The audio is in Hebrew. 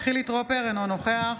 חילי טרופר, אינו נוכח